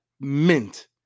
mint